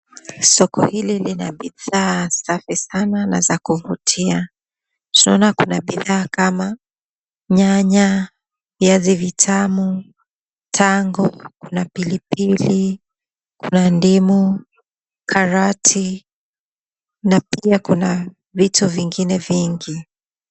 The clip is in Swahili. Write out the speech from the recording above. Soko hili lina bidhaa za pesa sana na za kuvutia. Tunaona kuna bidhaa kama: nyanya, viazi vitamu, tango na pilipili, kuna ndimu, carrot na pia kuna vitu vingine vingi.